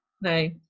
No